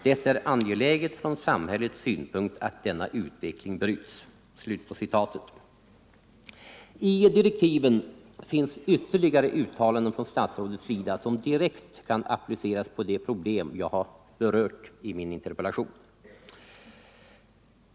Det är angeläget från samhällets synpunkt att denna utveckling bryts.” I direktiven finns ytterligare uttalanden från statsrådets sida som direkt kan appliceras på det problem jag har berört i min interpellation.